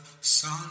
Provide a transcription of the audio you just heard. sun